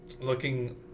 looking